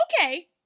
okay